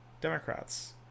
Democrats